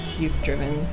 youth-driven